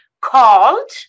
called